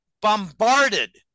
bombarded